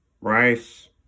Rice